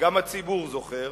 וגם הציבור זוכר,